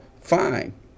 Fine